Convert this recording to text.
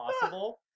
possible